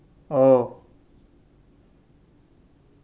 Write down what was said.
oh